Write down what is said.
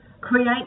Create